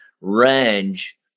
range